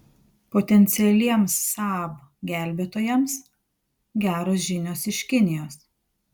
potencialiems saab gelbėtojams geros žinios iš kinijos